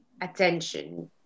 attention